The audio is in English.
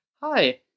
hi